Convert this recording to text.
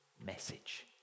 message